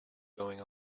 going